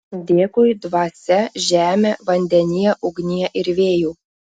dėkui dvasia žeme vandenie ugnie ir vėjau